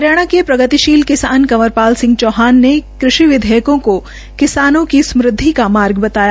हरियाणा के प्रगतिशील किसान कंवर पाल सिंह चौहान ने कृषि विधेयकों को किसानों की स्मुदधि का मार्ग बताया